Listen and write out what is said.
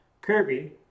Kirby